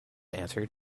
answered